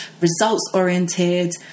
results-oriented